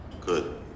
Good